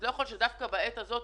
אז לא יכול להיות שדווקא בעת הזאת